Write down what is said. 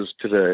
today